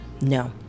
No